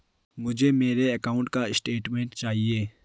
मुझे मेरे अकाउंट का स्टेटमेंट चाहिए?